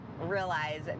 realize